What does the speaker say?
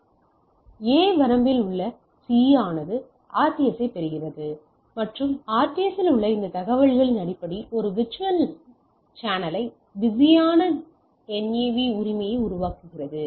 Refer Slide Time 2004 A வரம்பில் உள்ள C ஆனது RTS ஐப் பெறுகிறது மற்றும் RTS இல் உள்ள தகவல்களின் அடிப்படையில் ஒரு விர்ச்சுவல் சேனலை பிஸியான NAV உரிமையை உருவாக்குகிறது